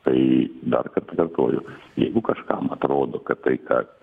tai dar kartą kartoju jeigu kažkam atrodo kad tai ką